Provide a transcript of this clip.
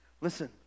listen